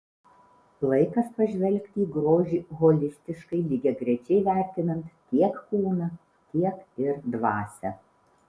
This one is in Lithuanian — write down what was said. laikas pažvelgti į grožį holistiškai lygiagrečiai vertinant tiek kūną tiek ir dvasią